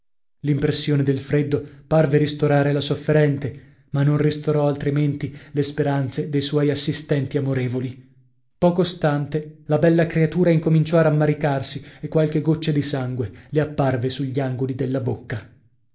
l'impressione del freddo parve ristorare la sofferente ma non ristorò altrimenti le speranze de suoi assistenti amorevoli poco stante la bella creatura incominciò a rammaricarsi e qualche goccia di sangue le apparve sugli angoli